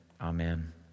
amen